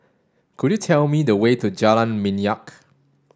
could you tell me the way to Jalan Minyak